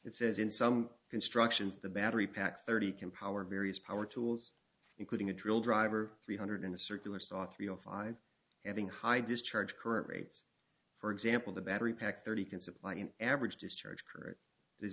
it says in some constructions the battery pack thirty can power various power tools including a drill driver three hundred and a circular saw three o five and then high discharge current rates for example the battery pack thirty can supply an average discharge current is